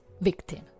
victim